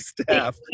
staff